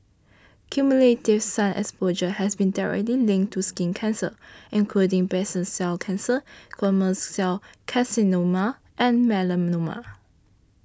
cumulative sun exposure has been directly linked to skin cancer including basal cell cancer squamous cell carcinoma and melanoma